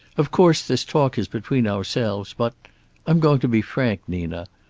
of course, this talk is between ourselves, but i'm going to be frank, nina.